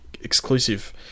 exclusive